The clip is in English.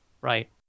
Right